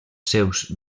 seus